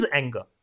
anger